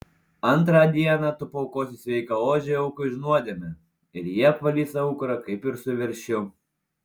antrą dieną tu paaukosi sveiką ožį aukai už nuodėmę ir jie apvalys aukurą kaip ir su veršiu